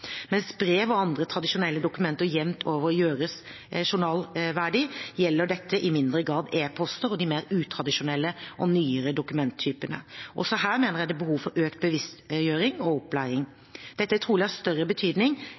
Mens brev og andre tradisjonelle dokumenter jevnt over gjøres journalverdige, gjelder dette i mindre grad e-poster og de mer utradisjonelle og nyere dokumenttypene. Også her mener jeg det er behov for økt bevisstgjøring og opplæring. Dette er trolig av større betydning